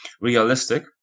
realistic